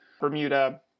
Bermuda